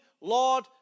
Lord